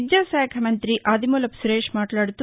విద్యాశాఖా మంఁతి ఆదిమూలపు సురేష్ మాట్లాడుతూ